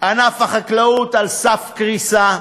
ענף החקלאות על סף קריסה,